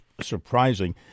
surprising